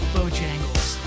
Bojangles